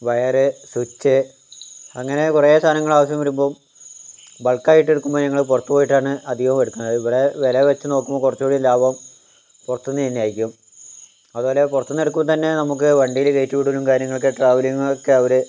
വയറ് സ്വിച്ച് അങ്ങനെ കുറെ സാധനങ്ങൾ ആവിശ്യവരുമ്പോൾ ബൾക്ക് ആയിട്ട് എടുക്കുമ്പോൾ ഞങ്ങള് പുറത്തുപോയിട്ടാണ് അധികവും എടുക്കുന്നത് ഇവിടെ വില വെച്ച് നോക്കുമ്പോൾ കുറച്ചുംകൂടി ലാഭം പുറത്തിന്ന് തന്നെ ആയിരിക്കും അതുപോലെ പുറത്തിന്ന് എടുക്കുമ്പോൾ തന്നെ നമുക്ക് വണ്ടില് കേറ്റിവിടലും കാര്യങ്ങളൊക്കെ ട്രാവലിംഗൊക്കെ അവര്